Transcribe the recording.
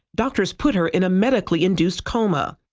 doctors put her in a medically-induced coma.